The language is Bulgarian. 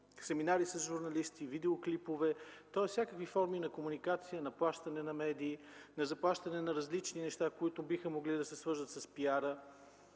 семинари с журналисти, видеоклипове, тоест всякакви форми на комуникация, на плащане на медии, заплащане на различни неща, които биха могли да се свържат с PR-а.